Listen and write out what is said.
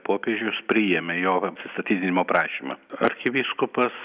popiežius priėmė jo atsistatydinimo prašymą arkivyskupas